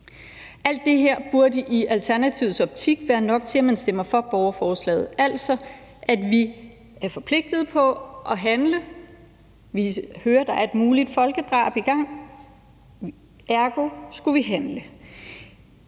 Alt det her burde i Alternativets optik være nok til, at man stemmer for borgerforslaget, altså at vi er forpligtet på at handle. Vi hører, at der er et muligt folkedrab i gang – ergo skal vi handle.